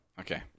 Okay